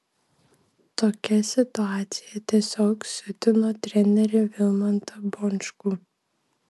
tokia situacija tiesiog siutino trenerį vilmantą bončkų